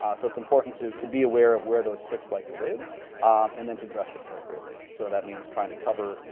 ah so it's important to to be aware of where those tics like to live and then to dress appropriately so that means trying to cover,